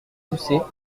toussait